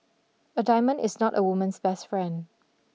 a diamond is not a woman's best friend